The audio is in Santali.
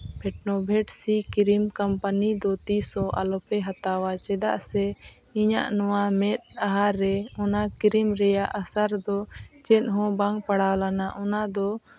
ᱵᱷᱤᱴᱱᱟᱹ ᱵᱷᱤᱴ ᱥᱤ ᱠᱨᱤᱢ ᱠᱳᱢᱯᱟᱱᱤ ᱫᱚ ᱛᱤᱥ ᱦᱚᱸ ᱟᱞᱚᱯᱮ ᱦᱟᱛᱟᱣᱟ ᱪᱮᱫᱟᱜ ᱥᱮ ᱤᱧᱟᱹᱜ ᱱᱚᱣᱟ ᱢᱮᱫᱦᱟ ᱨᱮ ᱚᱱᱟ ᱠᱨᱤᱢ ᱨᱮᱭᱟᱜ ᱮᱥᱮᱨ ᱫᱚ ᱪᱮᱫ ᱦᱚᱸ ᱵᱟᱝ ᱯᱟᱲᱟᱣ ᱞᱮᱱᱟ ᱚᱱᱟ ᱫᱚ